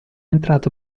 entrato